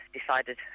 decided